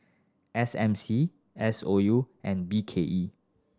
S M C S O U and B K E